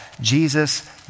Jesus